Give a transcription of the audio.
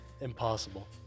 Impossible